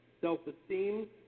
self-esteem